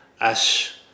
Ash